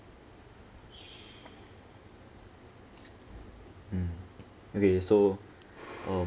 mm okay so um